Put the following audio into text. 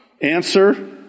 Answer